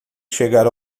chegar